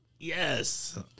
yes